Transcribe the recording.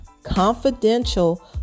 confidential